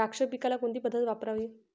द्राक्ष पिकाला कोणती पद्धत वापरावी?